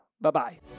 Bye-bye